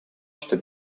что